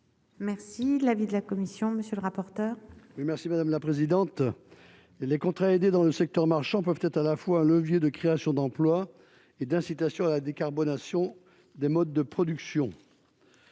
Merci l'avis de la commission, monsieur le rapporteur. Oui merci madame la présidente, les contrats aidés dans le secteur marchand, peuvent être à la fois levier de créations d'emplois et d'incitation à la décarbonation des modes de production,